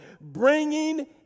bringing